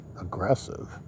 aggressive